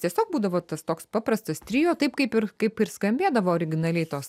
tiesiog būdavo tas toks paprastas trio taip kaip ir kaip ir skambėdavo originaliai tos